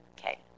Okay